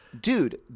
Dude